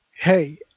Hey